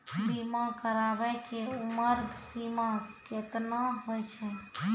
बीमा कराबै के उमर सीमा केतना होय छै?